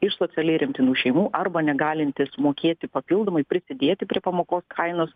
iš socialiai remtinų šeimų arba negalintys mokėti papildomai prisidėti prie pamokų kainos